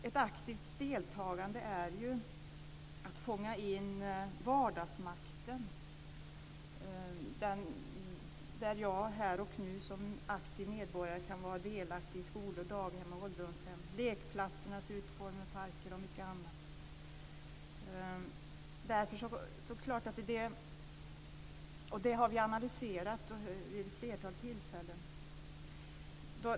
Ett aktivt deltagande är att fånga in vardagsmakten. Där kan jag här och nu som aktiv medborgare vara delaktig i skolor, daghem, ålderdomshem, lekplatsers utformning, utformning av parker och mycket annat. Vi har analyserat detta vid ett flertal tillfällen.